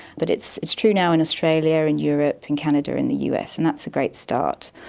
but it's it's true now in australia and europe and canada and the us, and that's a great start.